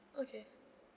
okay